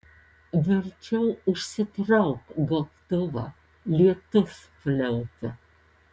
verčiau užsitrauk gobtuvą lietus pliaupia